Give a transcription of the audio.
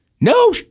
No